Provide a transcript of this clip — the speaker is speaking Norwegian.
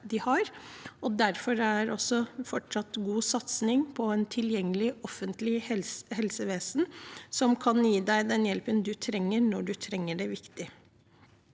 Derfor er også en fortsatt god satsing på et tilgjengelig offentlig helsevesen som kan gi den hjelpen man trenger, når man trenger det, viktig.